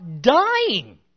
dying